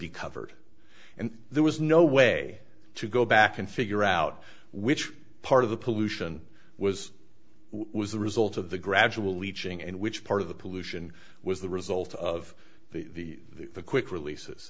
be covered and there was no way to go back and figure out which part of the pollution was was the result of the gradual leaching and which part of the pollution was the result of the quick releases